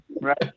Right